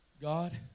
God